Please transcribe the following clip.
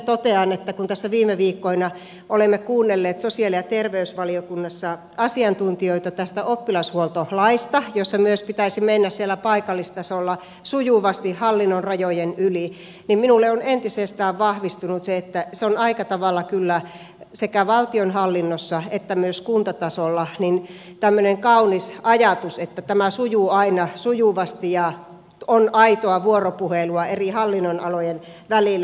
totean että kun tässä viime viikkoina olemme kuunnelleet sosiaali ja terveysvaliokunnassa asiantuntijoita tästä oppilashuoltolaista jossa myös pitäisi mennä siellä paikallistasolla sujuvasti hallinnon rajojen yli niin minulle on entisestään vahvistunut se että se on aika tavalla kyllä sekä valtionhallinnossa että myös kuntatasolla tämmöinen kaunis ajatus että tämä sujuu aina sujuvasti ja on aitoa vuoropuhelua eri hallinnonalojen välillä